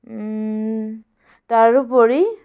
তাৰোপৰি